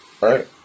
Right